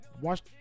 Watch